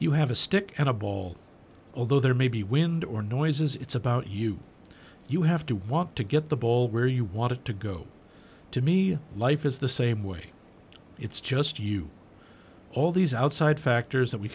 you have a stick and a ball although there may be wind or noises it's about you you have to walk to get the ball where you want it to go to me life is the same way it's just you all these outside factors that we